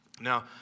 Now